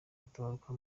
gutabaruka